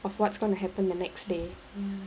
of what's gonna happen the next day mm